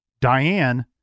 Diane